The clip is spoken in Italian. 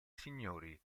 signori